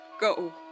Go